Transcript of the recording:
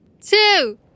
two